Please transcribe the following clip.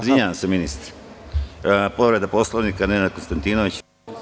Izvinjavam se ministre, povreda Poslovnika, Nenad Konstantinović.